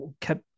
kept